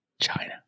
China